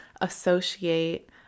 associate